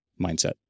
mindset